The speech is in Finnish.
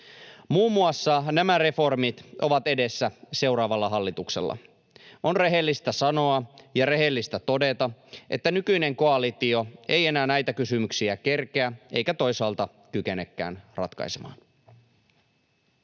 Muun muassa nämä reformit ovat edessä seuraavalla hallituksella. On rehellistä sanoa ja rehellistä todeta, että nykyinen koalitio ei enää näitä kysymyksiä kerkeä eikä toisaalta kykenekään ratkaisemaan.